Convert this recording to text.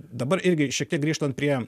dabar irgi šiek tiek grįžtant prie